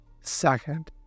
second